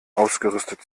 ausgerüstet